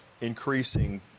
increasing